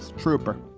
trooper.